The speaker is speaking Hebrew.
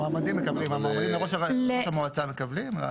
המועמדים לראש המועצה מקבלים?